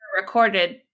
recorded